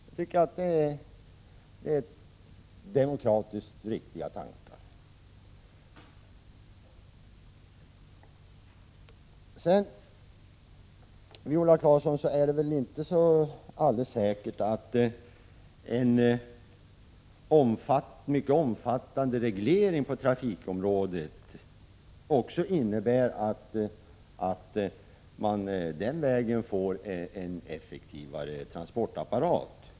Jag tycker att det är demokratiskt riktiga tankegångar. Till Viola Claesson vill jag säga att det väl inte är så alldeles säkert att en mycket omfattande reglering inom trafikområdet också skulle innebära att man den vägen skulle få en effektivare transportapparat.